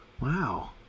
Wow